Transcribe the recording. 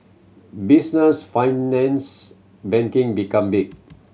business finance banking became big